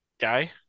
guy